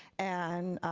and